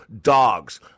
dogs